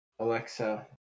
alexa